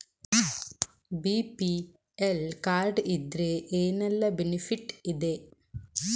BPL card ಇದ್ರೆ ಏನೆಲ್ಲ benefit ಇದೆ?